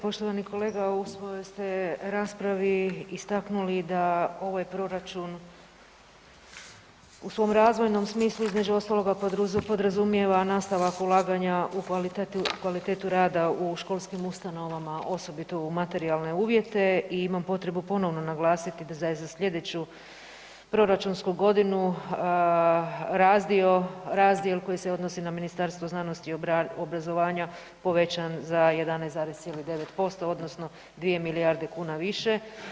Poštovani kolega u svojoj ste raspravi istaknuli da ovaj proračun u svom razvojnom smislu između ostaloga podrazumijeva nastavak ulaganja u kvalitetu rada u školskim ustanovama osobito u materijalne uvijete i imam potrebu ponovno naglasiti da je za slijedeću proračunsku godinu razdio, razdjel koji se odnosi na Ministarstvo znanosti i obrazovanja povećan za 11,9% odnosno 2 milijarde kuna više.